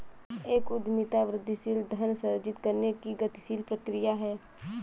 एक उद्यमिता वृद्धिशील धन सृजित करने की गतिशील प्रक्रिया है